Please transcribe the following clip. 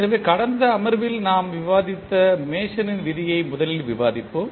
எனவே கடந்த அமர்வில் நாம் விவாதித்த மேசனின் விதியை முதலில் விவாதிப்போம்